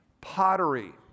Pottery